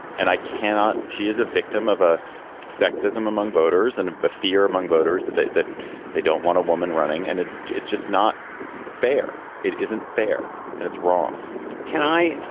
and i cannot. she is a victim of a sexism among voters and the fear among voters that they that they don't want a woman running. and it's it's just not fair. it isn't fair and it's wrong can i.